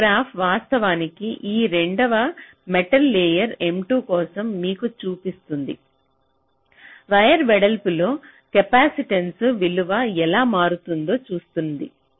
ఈ గ్రాఫ్ వాస్తవానికి ఈ రెండవ మెటల్ లేయర్ M2 కోసం మీకు చూపిస్తుంది వైర్ల వెడల్పుతో కెపాసిటెన్స విలువ ఎలా మారుతుంది చూపిస్తుంది